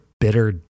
bitter